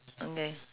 okay